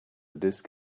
disk